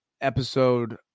episode